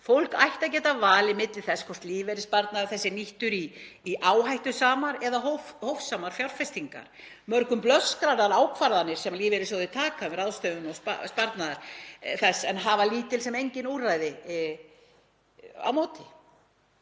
Fólk ætti að geta valið milli þess hvort lífeyrissparnaður þess sé nýttur í áhættusamar eða hófsamar fjárfestingar. Mörgum blöskrar þær ákvarðanir sem lífeyrissjóðir taka um ráðstöfun sparnaðar þeirra en hafa lítil sem engin úrræði á móti.